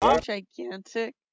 gigantic